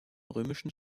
römischen